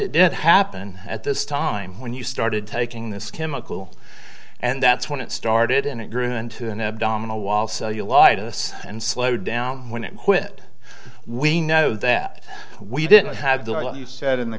it did happen at this time when you started taking this chemical and that's when it started and it grew into an abdominal wall cellulitis and slowed down when it quit we know that we didn't have the like you said in the